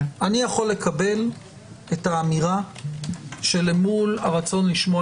אני יכול לקבל את האמירה שלמול הרצון לשמוע